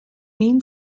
mean